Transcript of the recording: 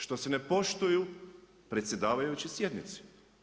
Što se ne poštuju predsjedavajući sjednice?